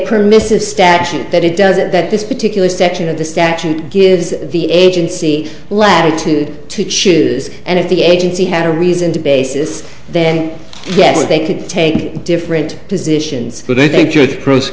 permissive statute that it does it that this particular section of the statute gives the agency latitude to choose and if the agency had a reason to basis then yes they could take different positions but i think